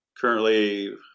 currently